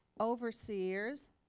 overseers